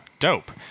dope